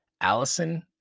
Allison